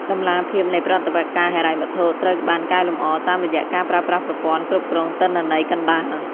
តម្លាភាពនៃប្រតិបត្តិការហិរញ្ញវត្ថុត្រូវបានកែលម្អ តាមរយៈការប្រើប្រាស់ប្រព័ន្ធគ្រប់គ្រងទិន្នន័យកណ្ដាល។